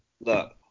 Look